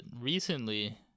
recently